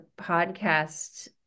podcast